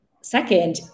Second